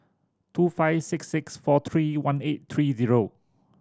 two five six six four three one eight three zero